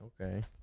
Okay